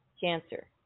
cancer